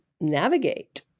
navigate